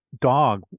dog